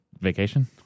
Vacation